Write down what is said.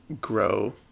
grow